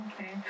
Okay